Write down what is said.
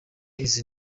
izi